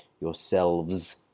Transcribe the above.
YOURSELVES